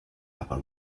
upper